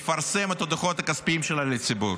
לפרסם את הדוחות הכספיים שלה לציבור.